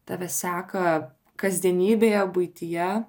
tave seka kasdienybėje buityje